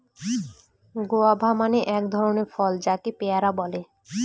guava মানে এক ধরনের ফল যাকে পেয়ারা বলে